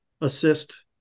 assist